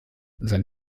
sein